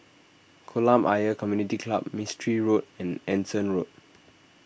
Kolam Ayer Community Club Mistri Road and Anson Road